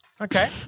Okay